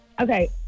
Okay